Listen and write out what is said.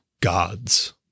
gods